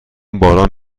باران